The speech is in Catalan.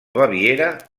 baviera